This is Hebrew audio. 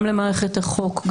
גם למערכת החוק,